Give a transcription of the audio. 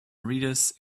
reader’s